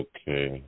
Okay